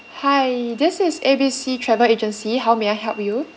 hi this is A B C travel agency how may I help you